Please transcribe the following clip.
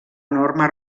enorme